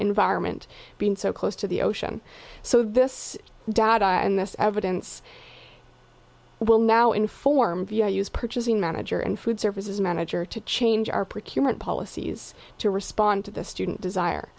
environment being so close to the ocean so this data and this evidence will now inform via use purchasing manager and food services manager to change our procurement policies to respond to the student desire